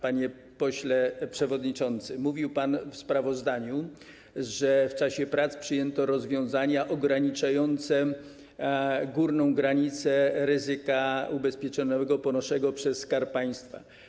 Panie pośle przewodniczący, mówił pan w sprawozdaniu, że w czasie prac przyjęto rozwiązania ograniczające górną granicę ryzyka ubezpieczonego ponoszonego przez Skarb Państwa.